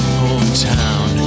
hometown